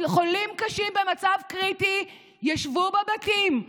חולים קשים במצב קריטי ישבו בבתים.